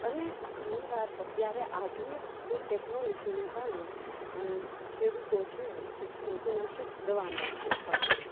અને ઘણીવાર અત્યારે આધુનિક ટેક્નોલોજીને કારણે ખેડૂતો છે જે જંતુનાશક દવાનો ઉપયોગ કરે છે